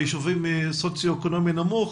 ביישובים במדד סוציו-אקונומי נמוך.